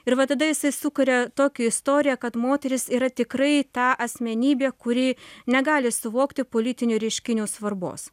ir va tada jisai sukuria tokią istoriją kad moteris yra tikrai ta asmenybė kuri negali suvokti politinių reiškinių svarbos